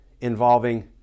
involving